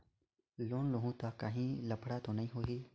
Loan लेहूं ता काहीं लफड़ा तो नी होहि?